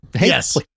yes